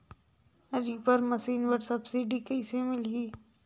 Reaper machine बर subsidy कइसे मिलही?